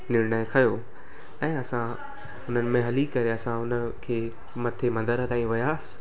निर्णय खयों ऐं असां हुननि में हली करे असां हुनखे मथे मंदर ताईं वियासीं